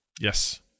Yes